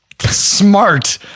Smart